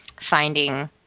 finding